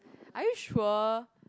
are you sure